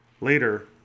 Later